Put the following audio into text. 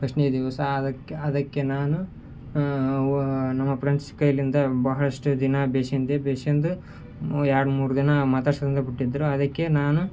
ಪಸ್ಟ್ನೇ ದಿವಸ ಅದಕ್ಕೆ ಅದಕ್ಕೆ ನಾನು ನಮ್ಮ ಪ್ರೆಂಡ್ಸ್ ಕೈಯಲ್ಲಿಂದ ಬಹಳಷ್ಟು ದಿನ ಬೇಸಿಂದೆ ಬೇಸಿಂದು ಎರಡು ಮೂರು ದಿನ ಮಾತಾಡ್ಸಂಗೆ ಬಿಟ್ಟಿದ್ದರು ಅದಕ್ಕೆ ನಾನು